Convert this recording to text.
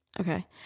Okay